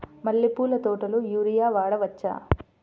మల్లె పూల తోటలో యూరియా వాడవచ్చా?